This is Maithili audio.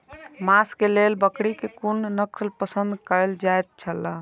मांस के लेल बकरी के कुन नस्ल पसंद कायल जायत छला?